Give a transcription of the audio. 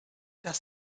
das